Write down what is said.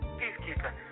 peacekeeper